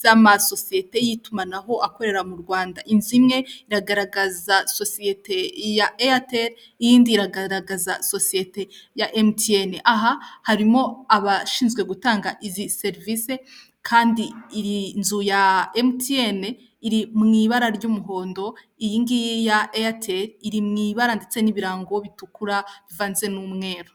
z'amasosiyete y'itumanaho akorera mu Rwanda, inzu imwe iragaragaza sosiyete ya Eyateri iyindi iragaragaza sosiyete ya Emutiyene, aha harimo abashinzwe gutanga izi serivisi, kandi iyi nzu ya Emutiyene, iri mu ibara ry'umuhondo, iyingiyi ya Eyateri irii mu ibara ndetse n'ibirango bitukura bivanze n'umweru.